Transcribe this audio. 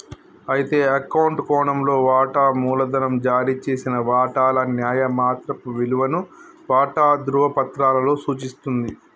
అయితే అకౌంట్ కోణంలో వాటా మూలధనం జారీ చేసిన వాటాల న్యాయమాత్రపు విలువను వాటా ధ్రువపత్రాలలో సూచిస్తుంది